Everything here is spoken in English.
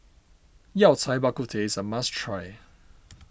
Yao Cai Bak Kut Teh is a must try